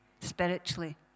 spiritually